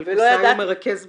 אבל --- מרכז בכיר.